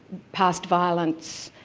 past violence,